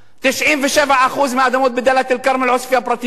97% מהאדמות בדאלית-אל-כרמל עוספיא פרטיות.